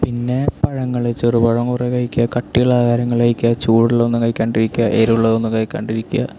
പിന്നെ പഴങ്ങൾ ചെറുപഴം കുറേ കഴിയ്ക്കുക കട്ടിയുള്ള ആഹാരങ്ങൾ കഴിക്കുക ചൂടുള്ളതൊന്നും കഴിക്കാണ്ടിരിക്കുക എരിവുള്ളതൊന്നും കഴിക്കാണ്ടിരിക്കുക